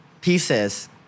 pieces